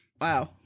Wow